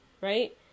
right